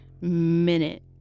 minute